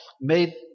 made